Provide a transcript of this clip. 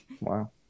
wow